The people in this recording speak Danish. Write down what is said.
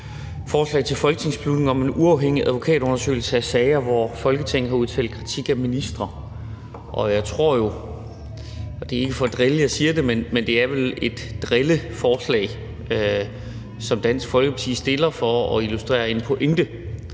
forslag til folketingsbeslutning om en uafhængig advokatundersøgelse af sager, hvor Folketinget har udtalt kritik af ministre. Det er ikke for at drille, jeg siger det, men det er vel et drilleforslag, som Dansk Folkeparti har fremsat for at illustrere en pointe,